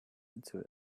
into